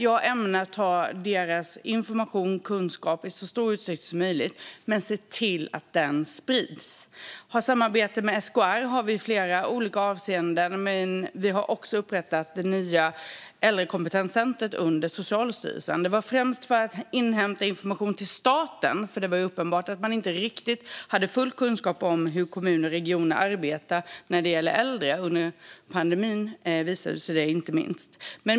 Jag ämnar ta till mig deras information och kunskap i så stor utsträckning som möjligt och se till att den sprids. Vi har samarbete med SKR i flera olika avseenden. Vi har också upprättat det nya äldrekompetenscentret under Socialstyrelsen, främst för att inhämta information till staten, för det var uppenbart att man inte riktigt hade full kunskap om hur kommuner och regioner arbetar när det gäller äldre. Detta visade sig inte minst under pandemin.